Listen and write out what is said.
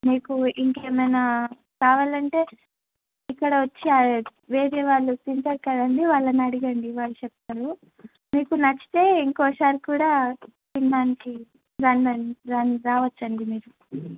మీకు ఇంకేమైనా కావాలంటే ఇక్కడ వచ్చి అడ వేరే వాళ్ళు తింటారు కదండీ వాళ్ళని అడగండి చెప్తారు మీకు నచ్చితే ఇంకోసారి కూడా తినడానికి రండండి రా రావచ్చండి మీరు